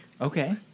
Okay